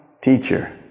teacher